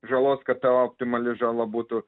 žalos kad ta optimali žala būtų